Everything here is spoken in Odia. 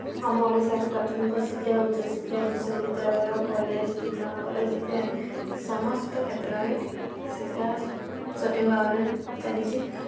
ଆମ ଓଡ଼ିଶାରେ ପ୍ରାଥମିକ ଶିକ୍ଷା ଉଚ୍ଚ ଶିକ୍ଷା ବିଶ୍ୱବିଦ୍ୟାଳୟ କଲେଜ୍ ଡିପ୍ଲମା କଲେଜ୍ ଇତ୍ୟାଦି ସମସ୍ତ କ୍ଷେତ୍ରରେ ଶିକ୍ଷା ସଠିକ୍ ଭାବରେ ଚାଲିଛିି